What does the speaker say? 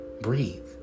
breathe